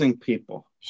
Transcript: people